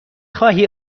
خواهی